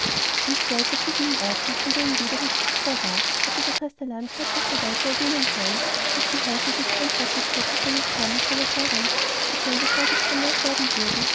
an zwei verschiedenen orten von denen jeder höchst achtbar war hatte der kastellan scherzhafterweise erwähnen hören daß die häuslichenverantwortlichkeitenseinesherrnundseinerherrinwahrscheinlichdadurch vermehrt werden würden